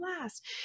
last